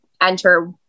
enter